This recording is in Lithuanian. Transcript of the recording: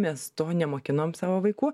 mes to nemokinam savo vaikų